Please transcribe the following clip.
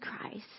Christ